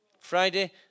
Friday